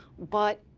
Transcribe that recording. but